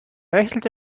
wechselte